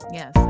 yes